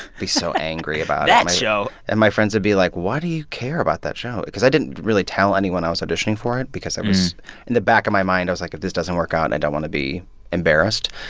be so angry about it. my. that show and my friends would be like, why do you care about that show? because i didn't really tell anyone i was auditioning for it because i was in the back of my mind, i was like, if this doesn't work out, i don't want to be embarrassed.